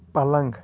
پلنٛگ